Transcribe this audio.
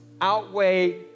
outweigh